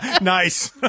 Nice